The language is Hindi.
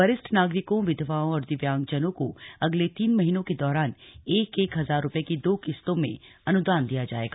वरिष्ठ नागरिकों विधवाओं और दिव्यांगजनों को अगले तीन महीनों के दौरान एक एक हजार रूपये की दो किस्तों में अनुदान दिया जाएगा